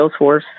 Salesforce